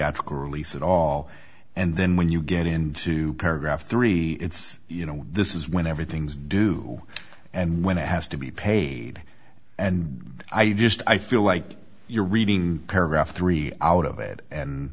theatrical release at all and then when you get into paragraph three it's you know this is when everything's due and when it has to be paid and i just i feel like you're reading paragraph three out of it and